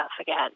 again